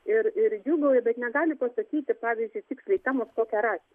ir ir džiūgauja bet negali pasakyti pavyzdžiui tiksliai temos kokią rašė